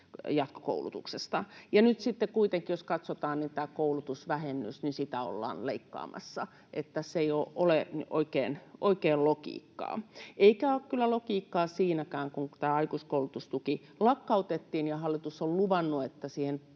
jatkokoulutuksesta. Nyt sitten kuitenkin, jos katsotaan, niin koulutusvähennystä ollaan leikkaamassa, eli tässä ei ole oikein logiikkaa. Eikä ole kyllä logiikkaa siinäkään, että kun aikuiskoulutustuki lakkautettiin ja hallitus on luvannut, että siihen